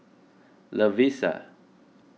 Lovisa